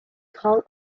called